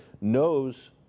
knows